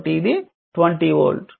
కాబట్టి ఇది 20 వోల్ట్